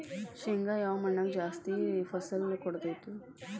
ಶೇಂಗಾ ಯಾವ ಮಣ್ಣಾಗ ಜಾಸ್ತಿ ಫಸಲು ಕೊಡುತೈತಿ?